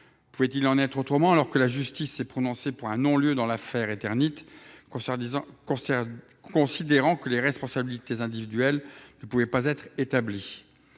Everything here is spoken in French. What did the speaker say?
Pouvait il en être autrement alors que la justice a prononcé un non lieu dans l’affaire Eternit, considérant que les responsabilités individuelles ne pouvaient pas être établies ?